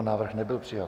Návrh nebyl přijat.